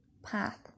path